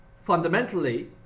fundamentally